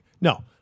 No